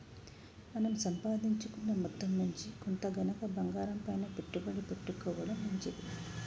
మన సంపాదించుకున్న మొత్తం నుంచి కొంత గనక బంగారంపైన పెట్టుబడి పెట్టుకోడం మంచిది